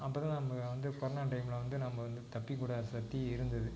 அப்போ தான் நமக்கு வந்து கொரோனா டைமில் வந்து நம்ம வந்து தப்பிக்கூடிய சக்தி இருந்தது